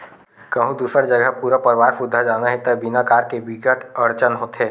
कहूँ दूसर जघा पूरा परवार सुद्धा जाना हे त बिना कार के बिकट अड़चन होथे